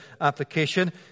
application